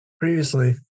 previously